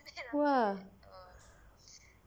!wah!